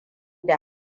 da